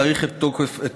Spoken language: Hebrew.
להאריך את תוקפו.